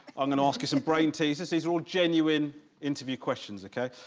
i'm going to ask you some brainteasers. these are all genuine interview questions, ok?